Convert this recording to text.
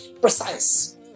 precise